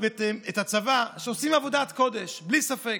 את הצבא, שעושים עבודת קודש, בלי ספק.